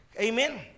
Amen